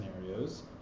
scenarios